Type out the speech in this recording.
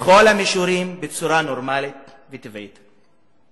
בכל המישורים, בצורה נורמלית וטבעית.